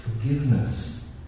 forgiveness